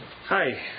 Hi